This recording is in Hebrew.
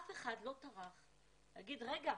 אף אחד לא טרח להגיד: רגע,